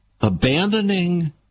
Abandoning